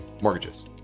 mortgages